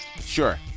Sure